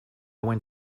went